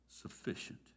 sufficient